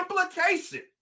implication